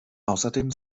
außerdem